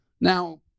Now